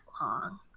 long